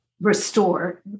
restore